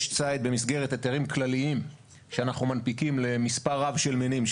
יש ציד במסגרת היתרים כלליים שאנחנו מנפיקים למספר רב של מינים,